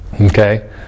Okay